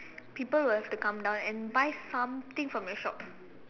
people will have to come down and buy something from your shop